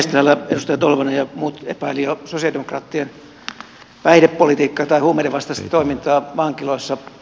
täällä edustaja tolvanen ja muut epäilivät jo sosialidemokraattien päihdepolitiikkaa tai huumeidenvastaista toimintaa vankiloissa